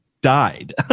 died